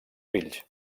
fills